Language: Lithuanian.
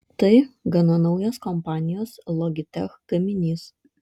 tai gana naujas kompanijos logitech gaminys